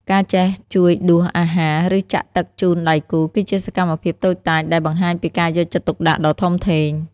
ការចេះជួយដួសអាហារ ឬចាក់ទឹកជូនដៃគូ គឺជាសកម្មភាពតូចតាចដែលបង្ហាញពីការយកចិត្តទុកដាក់ដ៏ធំធេង។